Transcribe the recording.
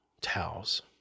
towels